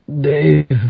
Dave